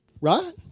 right